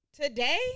Today